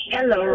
Hello